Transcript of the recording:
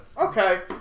Okay